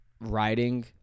writing